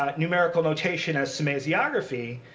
ah numerical notation as semasiography,